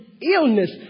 illness